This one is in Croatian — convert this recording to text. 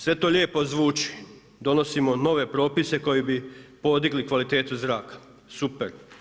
Sve to lijepo zvuči, donosimo nove propise koji bi podigli kvalitetu zraka, super.